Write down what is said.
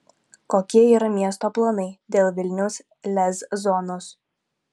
kokie yra miesto planai dėl vilniaus lez zonos